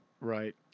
right